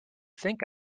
think